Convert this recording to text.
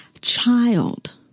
Child